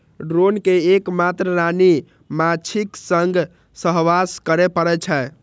drone कें एक मात्र रानी माछीक संग सहवास करै पड़ै छै